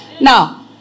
now